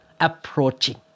approaching